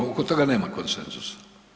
Oko toga nema konsenzusa.